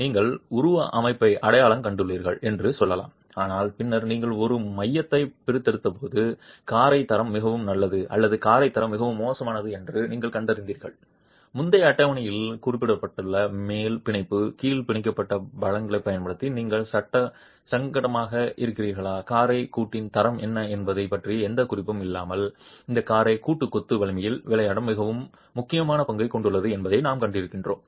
நீங்கள் உருவ அமைப்பை அடையாளம் கண்டுள்ளீர்கள் என்று சொல்லலாம் ஆனால் பின்னர் நீங்கள் ஒரு மையத்தைப் பிரித்தெடுத்தபோது காரை தரம் மிகவும் நல்லது அல்லது காரை தரம் மிகவும் மோசமானது என்று நீங்கள் கண்டறிந்தீர்கள் முந்தைய அட்டவணையில் குறிப்பிடப்பட்டுள்ள மேல் பிணைப்பு கீழ் பிணைக்கப்பட்ட பலங்களைப் பயன்படுத்தி நீங்கள் சங்கடமாக இருக்கிறீர்கள் காரை கூட்டின் தரம் என்ன என்பது பற்றிய எந்த குறிப்பும் இல்லாமல் இந்த காரை கூட்டு கொத்து வலிமையில் விளையாட மிக முக்கியமான பங்கைக் கொண்டுள்ளது என்பதை நாம் கண்டிருக்கிறோம்